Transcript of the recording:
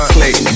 Click